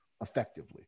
effectively